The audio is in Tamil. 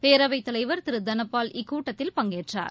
பேரவைத் தலைவர் திரு தனபால் இக்கூட்டத்தில் பங்கேற்றார்